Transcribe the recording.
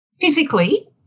Physically